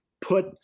put